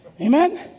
Amen